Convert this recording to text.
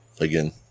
again